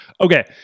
Okay